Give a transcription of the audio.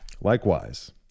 Likewise